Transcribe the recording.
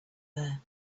there